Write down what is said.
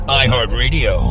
iHeartRadio